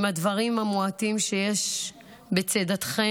עם הדברים המועטים שיש בצידתכם,